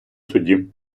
суді